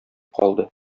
калды